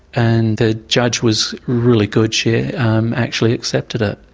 and the judge was really good she um actually accepted it.